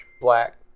black